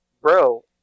bro